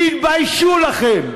תתביישו לכם.